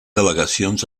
delegacions